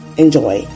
enjoy